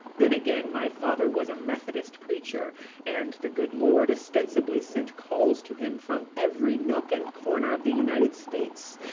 then again my father was a methodist preacher and the good lord ostensibly sent calls to him from every nook and corner of the united states,